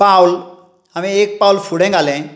पावल हांवें एक पावल फुडें घालें